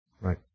Right